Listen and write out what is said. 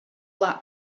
that